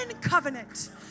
covenant